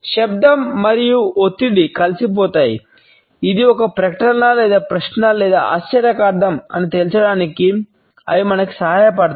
శబ్దం మరియు ఒత్తిడి కలిసిపోతాయి ఇది ఒక ప్రకటన లేదా ప్రశ్న లేదా ఆశ్చర్యార్థకం అని తేల్చడానికి అవి మనకు సహాయపడతాయి